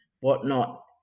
whatnot